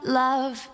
love